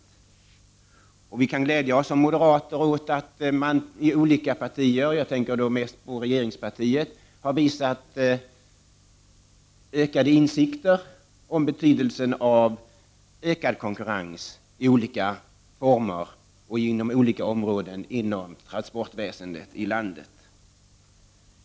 Vi kan som moderater glädja oss åt att man inom olika partier — jag tänker då mest på regeringspartiet — har fått ökade insikter om betydelsen av ökad konkurrens i olika former och inom olika områden inom transportväsendet i landet.